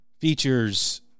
features